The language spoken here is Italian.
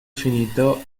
finito